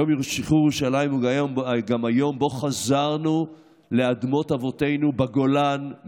יום שחרור ירושלים הוא גם היום שבו חזרנו לאדמות אבותינו בגולן,